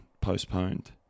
postponed